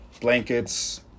blankets